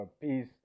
peace